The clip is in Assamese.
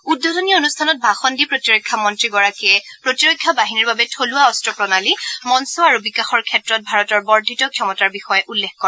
উদ্বোধনী অনুষ্ঠানত ভাষণ দি প্ৰতিৰক্ষা মন্ত্ৰীগৰাকীয়ে প্ৰতিৰক্ষা বাহিনীৰ বাবে থলুৱা অস্ত্ৰ প্ৰণালী মঞ্চ আৰু বিকাশৰ ক্ষেত্ৰত ভাৰতৰ বৰ্ধিত ক্ষমতাৰ বিষয়ে উল্লেখ কৰে